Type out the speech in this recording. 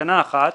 בתקנה 1,